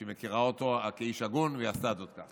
שהיא מכירה אותו כאיש הגון, והיא עשתה זאת כך.